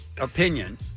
Opinion